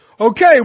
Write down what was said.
Okay